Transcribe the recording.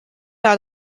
out